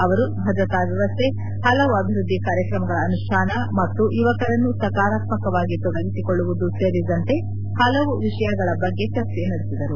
ಅವರು ಭದ್ರತಾ ವ್ಯವಸ್ಥೆ ಹಲವು ಅಭಿವ್ವದ್ದಿ ಕಾರ್ಯಕ್ರಮಗಳ ಅನುಷ್ಠಾನ ಮತ್ತು ಯುವಕರನ್ನು ಸಕಾರಾತ್ಮಕವಾಗಿ ತೊಡಗಿಸಿಕೊಳ್ಳುವುದು ಸೇರಿದಂತೆ ಹಲವು ವಿಷಯಗಳ ಬಗ್ಗೆ ಚರ್ಚೆ ನಡೆಸಿದರು